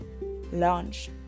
lunch